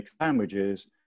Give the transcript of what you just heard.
sandwiches